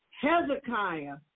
Hezekiah